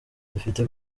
dufite